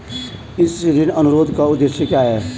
इस ऋण अनुरोध का उद्देश्य क्या है?